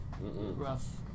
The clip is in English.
Rough